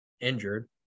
injured